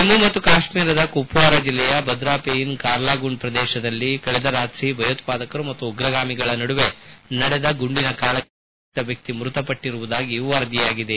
ಜಮ್ನು ಮತ್ತು ಕಾಶ್ಸೀರದ ಕುಪ್ನಾರ ಜಿಲ್ಲೆಯ ಭದ್ರಾಪೆಯೀನ್ ಕಾರ್ಲ್ಗುಂಡ್ ಶ್ರದೇಶದಲ್ಲಿ ಕಳೆದ ರಾತ್ರಿ ಭಯೋತ್ವಾದಕರು ಮತ್ತು ಉಗ್ರಗಾಮಿಗಳ ನಡುವೆ ನಡೆದ ಗುಂಡಿನ ಕಾಳಗದಲ್ಲಿ ಓರ್ವ ಅಪರಿಚಿತ ವ್ಯಕ್ತಿ ಮೃತಪಟ್ಟರುವುದಾಗಿ ವರದಿಯಾಗಿದೆ